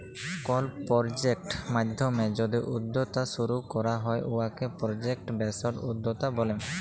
call project মাইধ্যমে যদি উদ্যক্তা শুরু ক্যরা হ্যয় উয়াকে পরজেক্ট বেসড উদ্যক্তা ব্যলে